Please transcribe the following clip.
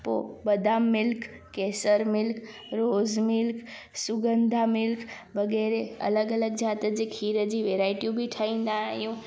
पोइ बादाम मिल्क केसर मिल्क रोज़ मिल्क सुघंदा मिल्क वग़ैरह अलॻि अलॻि ज़ाति जे खीर जी वैरायटियूं बि ठाहींदा आहियूं